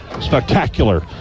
spectacular